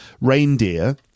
reindeer